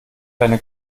deine